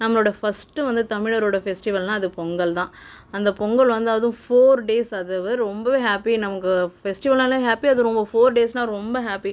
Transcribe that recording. நம்ளோட ஃபர்ஸ்ட்டு வந்து தமிழரோட ஃபெஸ்ட்டிவல்ன்னா அது பொங்கல்தான் அந்த பொங்கல் வந்து அதுவும் ஃபோர் டேஸ் அது ரொம்பவே ஹாப்பி நமக்கு ஃபெஸ்ட்டிவல்னாலே ஹாப்பி அதுவும் ரொம்ப ஃபோர் டேஸ்ன்னா ரொம்ப ஹாப்பி